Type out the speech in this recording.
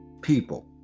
people